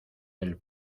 del